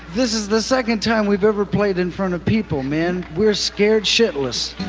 this is the second time we've ever played in front of people man. we're scared shitless